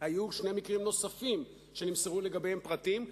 עלו שני מקרים נוספים שנמסרו לגביהם פרטים.